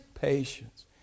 patience